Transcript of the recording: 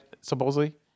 Supposedly